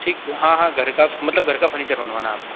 ठीक हाँ हाँ घर का मतलब घर का फ़र्नीचर बनवाना आपको